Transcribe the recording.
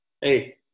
Hey